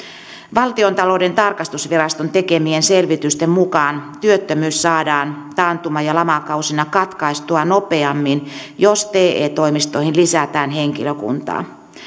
valtiontalouden tarkastusviraston tekemien selvitysten mukaan työttömyys saadaan taantuma ja lamakausina katkaistua nopeammin jos te toimistoihin lisätään henkilökuntaa